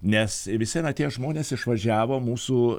nes visi na tie žmonės išvažiavo mūsų